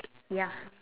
ya